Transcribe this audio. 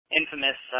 infamous